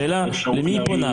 השאלה למי היא פונה?